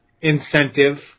incentive